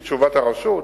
לפי תשובת הרשות,